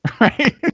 right